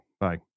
Bye